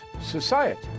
society